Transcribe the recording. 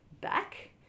back